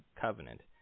covenant